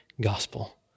gospel